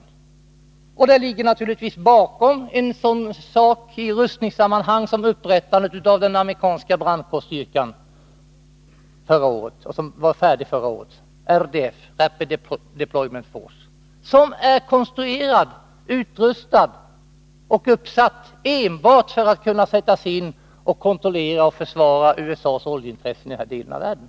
Detta beroende ligger naturligtvis bakom en sådan företeelse i rustningssammanhang som upprättandet av den amerikanska brandkårsstyrkan som var färdig förra året, RDF — Rapid Deployment Force — som är konstruerad, utrustad och uppsatt enbart för att kunna sättas in för kontroll och försvar av USA:s oljeintressen i den här delen av världen.